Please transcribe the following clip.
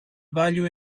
value